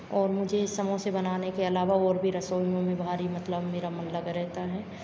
और मुझे समोसे बनाने के अलावा और भी रसोईयों में भारी मतलब मेरा मन लगा रहता है